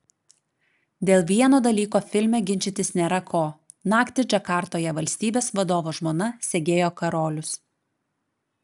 dėl vieno dalyko filme ginčytis nėra ko naktį džakartoje valstybės vadovo žmona segėjo karolius